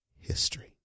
History